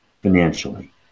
financially